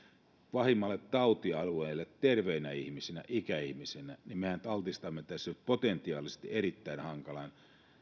pahimmalle tautialueelle terveinä ihmisinä ikäihmisinä mehän altistamme tässä nyt potentiaalisesti erittäin hankalasti